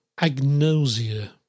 agnosia